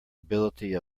ability